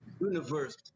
universe